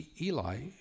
Eli